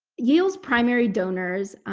yale's primary donors,